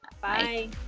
Bye